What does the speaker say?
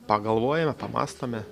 pagalvojame pamąstome